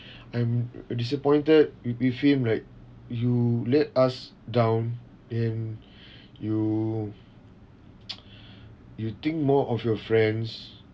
I'm disappointed wi~ with him right you let us down and you you think more of your friends